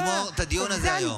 תראי על איזה רוצח את מגינה.